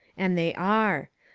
and they are.